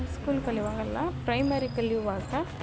high school ಕಲಿಯುವಾಗಲ್ಲ primary ಕಲಿಯುವಾಗ